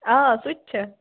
آ سُہ تہِ چھُ